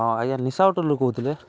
ହଁ ଆଜ୍ଞା ନିଶା ହୋଟେଲ୍ରୁ କହୁଥିଲେ